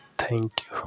thank you